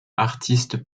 artiste